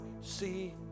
see